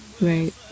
right